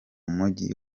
mujyi